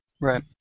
Right